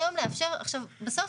בסוף,